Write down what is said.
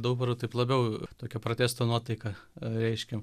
dauparu taip labiau tokią protesto nuotaiką reiškėm